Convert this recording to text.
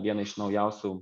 vieną iš naujausių